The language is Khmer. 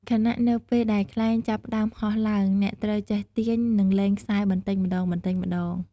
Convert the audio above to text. ខណៈនៅពេលដែលខ្លែងចាប់ផ្តើមហោះឡើង អ្នកត្រូវចេះទាញ និងលែងខ្សែបន្តិចម្តងៗ។